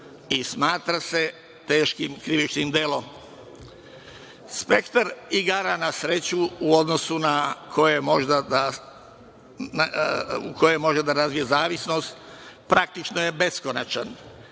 i smatra se teškim krivičnim delom. Spektar igara na sreću, u odnosu na koje može da razvije zavisnost, praktično je beskonačan.